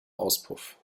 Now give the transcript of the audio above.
auspuff